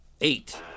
Eight